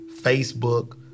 Facebook